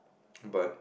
but